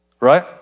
right